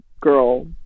girl